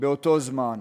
באותו זמן.